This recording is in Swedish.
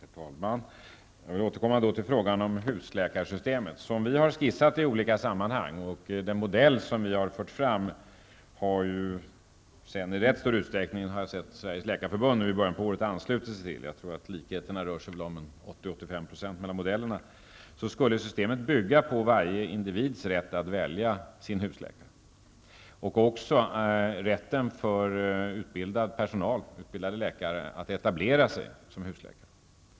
Herr talman! Jag återkommer då till frågan om husläkarsystemet. Som vi har skissat i olika sammanhang -- och den modell som vi har fört fram har Sveriges Läkarförbund i början av det här året i rätt stor utsträckning anslutit sig till, har jag sett; jag tror att modellerna är lika till 80--85 %-- skulle systemet bygga på varje individs rätt att välja sin husläkare och på en rätt för utbildade läkare att etablera sig som husläkare.